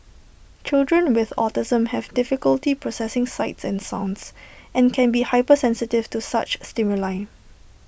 children with autism have difficulty processing sights and sounds and can be hypersensitive to such stimuli